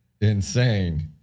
insane